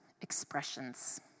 Expressions